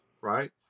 right